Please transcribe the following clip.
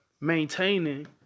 maintaining